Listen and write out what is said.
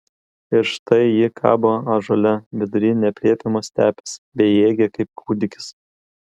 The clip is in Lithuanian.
ir štai ji kabo ąžuole vidury neaprėpiamos stepės bejėgė kaip kūdikis